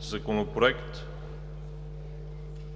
Законопроект